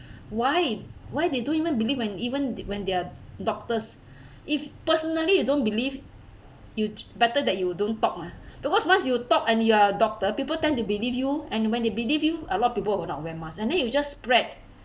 why why they don't even believe when even when they're doctors if personally you don't believe you'd better that you don't talk mah because once you talk and you're a doctor people tend to believe you and when they believe you a lot of people will not wear masks and then you'll just spread